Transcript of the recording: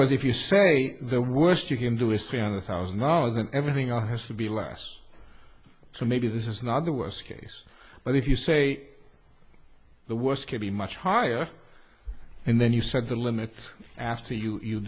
because if you say the worst you can do is three hundred thousand dollars and everything a has to be less so maybe this is another worse case but if you say the worst could be much higher and then you set the limit after you